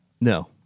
No